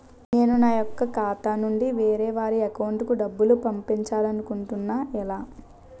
నేను నా యెక్క ఖాతా నుంచి వేరే వారి అకౌంట్ కు డబ్బులు పంపించాలనుకుంటున్నా ఎలా?